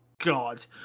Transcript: god